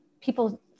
people